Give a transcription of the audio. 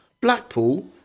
Blackpool